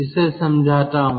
इसे समझाता हूं